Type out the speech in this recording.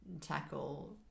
tackle